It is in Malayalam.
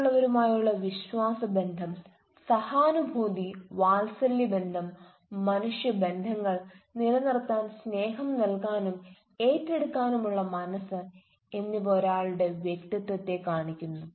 മറ്റുള്ളവരുമായുള്ള വിശ്വാസബന്ധം സഹാനുഭൂതി വാത്സല്യബന്ധം മനുഷ്യബന്ധങ്ങൾ നിലനിർത്താൻ സ്നേഹം നൽകാനും ഏറ്റെടുക്കാനും ഉള്ള മനസ് എന്നിവ ഒരാളുടെ വ്യക്തിത്വത്തെ കാണിക്കുന്നു